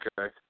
okay